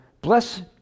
bless